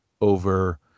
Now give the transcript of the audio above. over